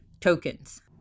tokens